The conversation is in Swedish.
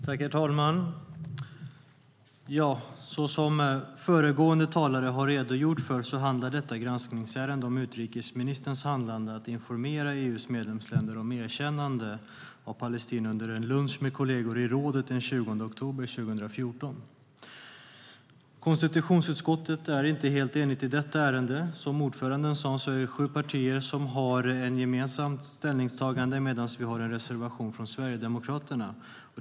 Herr talman! Som föregående talare har redogjort för handlar detta granskningsärende om utrikesministerns handlande att informera EU:s medlemsländer om erkännandet av Palestina under en lunch med kollegor i rådet den 20 oktober 2014. Konstitutionsutskottet är inte helt enigt i detta ärende. Som ordföranden sa har sju partier ett gemensamt ställningstagande medan Sverigedemokraterna har en reservation.